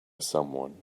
someone